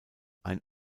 ein